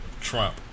Trump